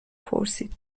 پرسید